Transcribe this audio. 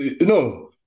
No